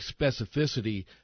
specificity